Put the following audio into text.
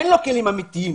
אין לו כלים אמיתיים